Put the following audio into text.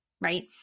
right